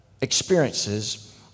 experiences